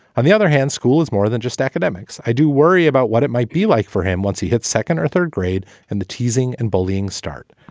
on the other hand, school is more than just academics. i do worry about what it might be like for him once he hits second or third grade and the teasing and bullying start.